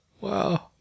Wow